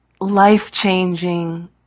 life-changing